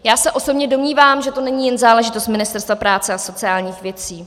Já osobně se domnívám, že to není jen záležitost Ministerstva práce a sociálních věcí.